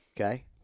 Okay